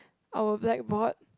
our blackboard